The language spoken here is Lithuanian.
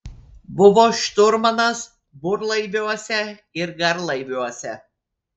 buvo šturmanas burlaiviuose ir garlaiviuose